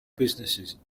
businesses